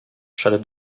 przed